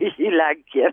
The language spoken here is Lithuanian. į lenkiją